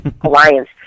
alliance